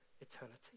eternity